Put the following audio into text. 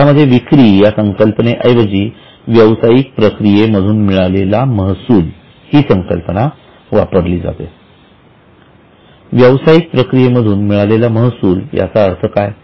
यामध्ये विक्री या संकल्पने ऐवजी व्यवसायिक प्रक्रिये मधून मिळालेला महसूल ही संकल्पना वापरली जाते व्यवसायिक प्रक्रियेमधून मिळालेला महसूल याचा अर्थ काय आहे